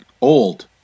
old